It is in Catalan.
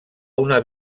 una